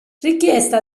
richiesta